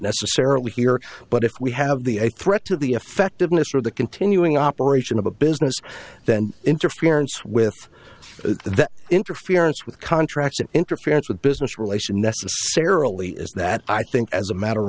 necessarily here but if we have the threat to the effectiveness or the continuing operation of a business then interference with that interference with contracts and interference with business relation necessarily is that i think as a matter